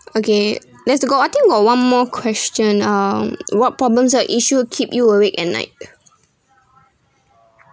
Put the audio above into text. okay let's go on I think got one more question uh what problems or issue keep you awake at night